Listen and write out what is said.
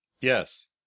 yes